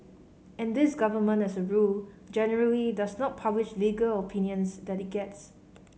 and this government as a rule generally does not publish legal opinions that it gets